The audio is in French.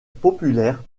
populaires